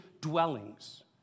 dwellings